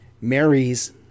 Marries